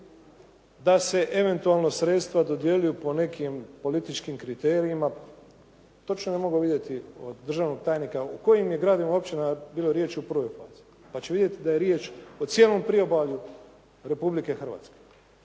da se eventualno sredstva dodjeljuju po nekim političkim kriterijima. Točno bi moglo vidjeti od državnog tajnika u kojim je gradovima i općinama bilo riječ u prvoj fazi pa će vidjeti da je riječ o cijelom priobalju Republike Hrvatske.